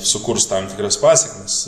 sukurs tam tikras pasekmes